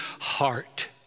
heart